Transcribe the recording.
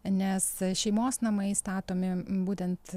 nes šeimos namai statomi būtent